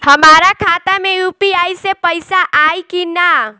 हमारा खाता मे यू.पी.आई से पईसा आई कि ना?